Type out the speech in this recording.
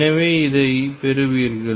எனவே இதைப் பெறுவீர்கள்